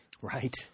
Right